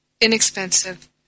inexpensive